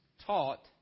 taught